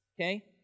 okay